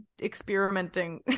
experimenting